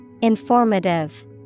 Informative